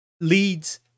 leads